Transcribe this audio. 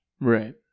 Right